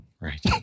right